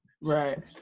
Right